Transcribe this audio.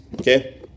okay